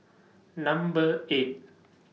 Number eight